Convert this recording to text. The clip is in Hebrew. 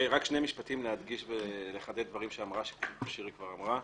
רק שני משפטים להדגיש ולחדד דברים ששירי כבר אמרה.